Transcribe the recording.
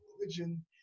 religion